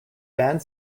band